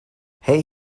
hay